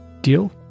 Deal